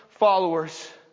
followers